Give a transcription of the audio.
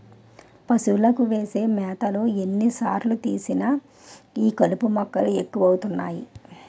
పశువులకు వేసే మేతలో ఎన్ని సార్లు తీసినా ఈ కలుపు మొక్కలు ఎక్కువ అవుతున్నాయి